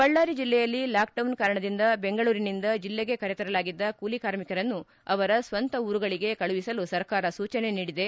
ಬಳ್ಳಾರಿ ಜಿಲ್ಲೆಯಲ್ಲಿ ಲಾಕ್ಡೌನ್ ಕಾರಣದಿಂದ ಬೆಂಗಳೂರಿನಿಂದ ಜಿಲ್ಲೆಗೆ ಕರೆತರಲಾಗಿದ್ದ ಕೂಲಿ ಕಾರ್ಮಿಕರನ್ನು ಅವರ ಸ್ವಂತ ಊರುಗಳಿಗೆ ಕಳುಹಿಸಲು ಸರ್ಕಾರ ಸೂಚನೆ ನೀಡಿದೆ